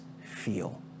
feel